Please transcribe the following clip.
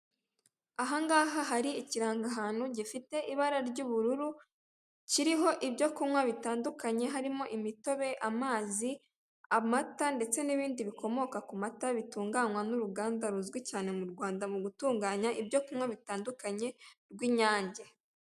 Ahangaha hari ikiranhantu gifite ibara ry'ubururu kiriho ibyo kunywa bitandukanye harimo imitobe amazi amata ndetse n'ibindi bikomoka ku mata bitunganywa n'uruganda ruzwi cyane mu rwanda mu gutunganya ibyo kunywa bitandukanye rw'inyange.